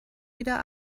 wieder